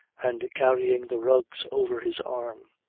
and carrying the rugs over his arm.